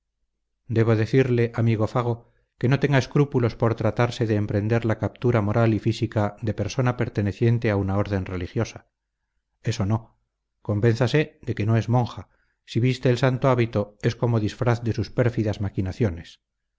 debo decirle amigo fago que no tenga escrúpulos por tratarse de emprender la captura moral y física de persona perteneciente a una orden religiosa eso no convénzase de que no es monja si viste el santo hábito es como disfraz de sus pérfidas maquinaciones